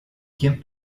quien